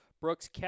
Brooks